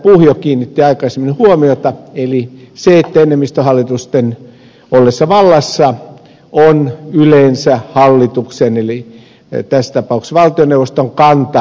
puhjo kiinnitti aikaisemmin huomiota eli se että enemmistöhallitusten ollessa vallassa on yleensä hallituksen eli tässä tapauksessa valtioneuvoston kanta voittanut